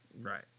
Right